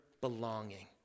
belonging